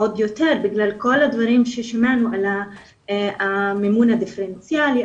עוד יותר בגלל כל הדברים ששמענו על המינון הדיפרנציאלי,